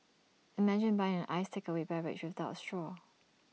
imagine buying an iced takeaway beverage without A straw